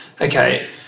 okay